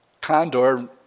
condor